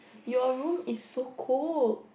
your room is so cold